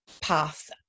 path